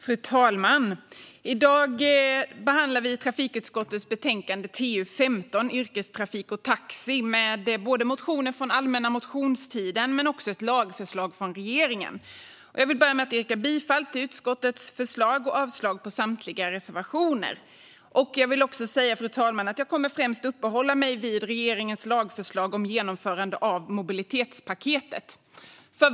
Fru talman! I dag behandlar vi trafikutskottets betänkande TU15 Yrkestrafik och taxi med både motioner från allmänna motionstiden och ett lagförslag från regeringen. Jag yrkar bifall till utskottets förslag och avslag på samtliga reservationer. Fru talman! Jag kommer främst att uppehålla mig vid regeringens lagförslag om genomförande av mobilitetspaketet.